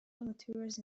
materials